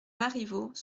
marivaux